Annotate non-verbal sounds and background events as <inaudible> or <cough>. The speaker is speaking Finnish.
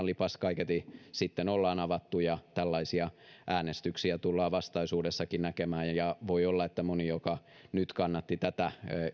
<unintelligible> lipas kaiketi sitten ollaan avattu ja tällaisia äänestyksiä tullaan vastaisuudessakin näkemään ja ja voi olla että moni joka nyt kannatti tätä